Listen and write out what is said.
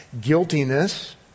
guiltiness